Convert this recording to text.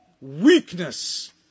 weakness